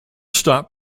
stop